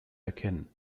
erkennen